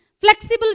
flexible